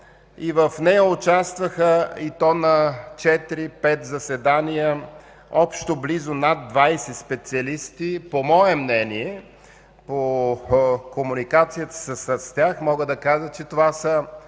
и в нея участваха, и то на 4-5 заседания общо близо над 20 специалисти. По мое мнение от комуникациите си с тях мога да кажа, че